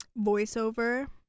Voiceover